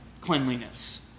cleanliness